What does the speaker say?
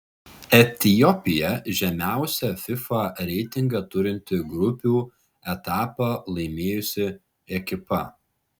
etiopija žemiausią fifa reitingą turinti grupių etapą laimėjusi ekipa